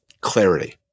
clarity